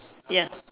ya